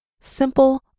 simple